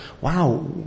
wow